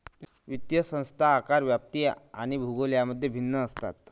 वित्तीय संस्था आकार, व्याप्ती आणि भूगोल यांमध्ये भिन्न असतात